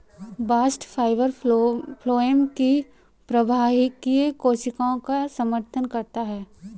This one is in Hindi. बास्ट फाइबर फ्लोएम की प्रवाहकीय कोशिकाओं का समर्थन करता है